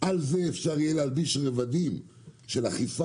על זה אפשר יהיה להלביש רבדים של אכיפה